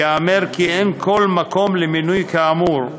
ייאמר כי אין מקום למינוי כאמור,